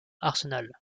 arsenal